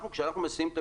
כשאנחנו מסיעים,